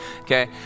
Okay